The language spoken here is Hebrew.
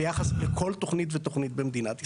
ביחס לכל תוכנית ותוכנית במדינת ישראל.